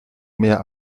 mehr